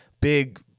big